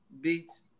beats